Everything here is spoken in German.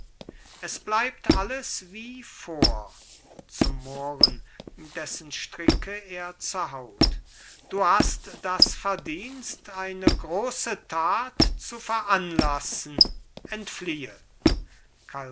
es bleibt alles wie vor zum mohren dessen stricke er zerhaut du hast das verdienst eine große tat zu veranlassen entfliehe